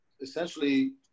essentially